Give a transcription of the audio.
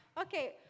Okay